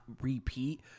repeat